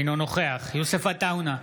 אינו נוכח יוסף עטאונה,